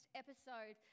episode